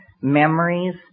memories